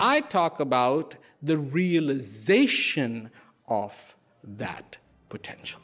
i talk about the realization of that potential